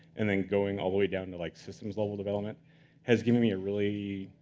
and then going all the way down to like systems-level development has given me a really,